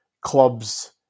clubs